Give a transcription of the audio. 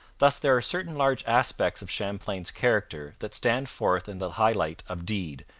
thus there are certain large aspects of champlain's character that stand forth in the high light of deed,